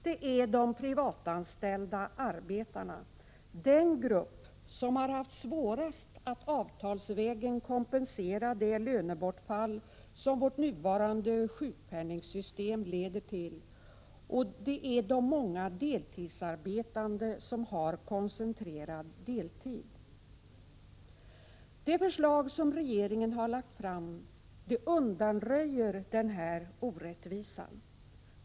Det är de privatanställda arbetarna, den grupp som har haft det svårast att avtalsvägen kompensera det lönebortfall som vårt nuvarande sjukpenningsystem leder till, och det är de många deltidsarbetande som har koncentrerad deltid. Det förslag som regeringen framlagt undanröjer den orättvisan.